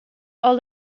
are